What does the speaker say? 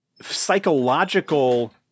psychological